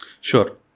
Sure